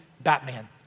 Batman